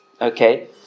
Okay